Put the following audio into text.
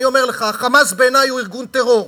אני אומר לך: ה"חמאס" בעיני הוא ארגון טרור.